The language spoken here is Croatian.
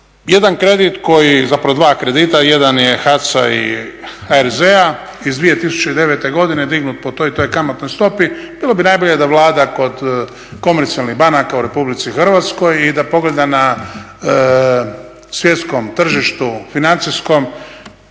Jedan kredit koji, zapravo dva kredita, jedan je hac-a i HRZ-a iz 2009. godine dignut po toj i toj kamatnoj stopi. Bilo bi najbolje da Vlada kod komercijalnih banka u Republici Hrvatskoj i da pogleda na svjetskom tržištu financijskoj